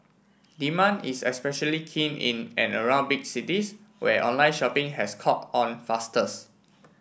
demand is especially keen in and around big cities where online shopping has caught on fastest